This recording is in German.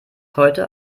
heute